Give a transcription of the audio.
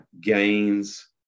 Gains